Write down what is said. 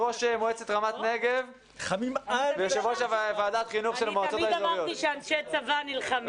זה אומר שיש למשרד הבריאות שבועיים מעכשיו לדאוג שכולם יהיו מחוסנים,